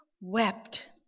wept